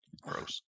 Gross